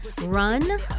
run